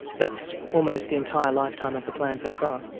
that's almost the entire lifetime of the plan so far.